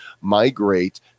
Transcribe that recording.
migrate